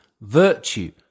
virtue